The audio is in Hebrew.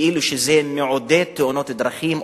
שזה מעודד תאונות דרכים,